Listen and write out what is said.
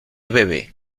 bebe